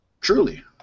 truly